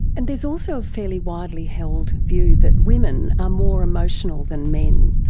and there's also a fairly widely held view that women are more emotional than men.